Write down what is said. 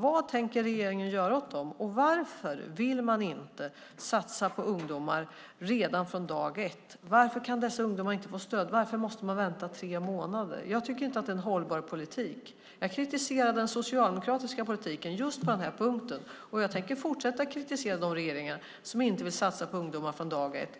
Vad tänker regeringen göra åt dem, och varför vill man inte satsa på ungdomar redan från dag ett? Varför kan dessa ungdomar inte få stöd? Varför måste man vänta tre månader? Jag tycker inte att det är en hållbar politik. Jag kritiserade den socialdemokratiska politiken just på den här punkten, och jag tänker fortsätta att kritisera de regeringar som inte vill satsa på ungdomar från dag ett.